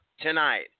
tonight